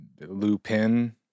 Lupin